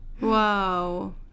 Wow